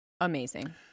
Amazing